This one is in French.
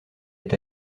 est